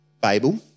Babel